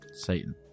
Satan